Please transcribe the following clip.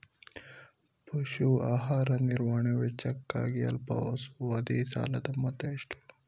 ಪಶು ಆಹಾರ ನಿರ್ವಹಣೆ ವೆಚ್ಚಕ್ಕಾಗಿ ಅಲ್ಪಾವಧಿ ಸಾಲದ ಮೊತ್ತ ಎಷ್ಟು?